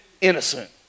innocent